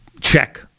check